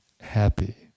happy